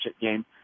game